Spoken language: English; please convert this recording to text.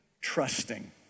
trusting